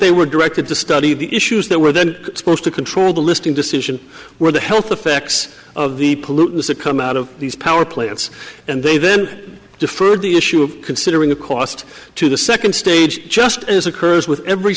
they were directed to study the issues that were then supposed to control the listing decision where the health effects of the pollutants a come out of these power plants and they then deferred the issue of considering the cost to the second stage just as occurs with every